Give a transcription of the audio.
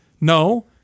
No